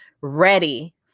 ready